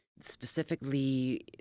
Specifically